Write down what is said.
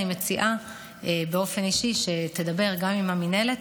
אני מציעה שתדבר גם עם המינהלת,